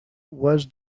was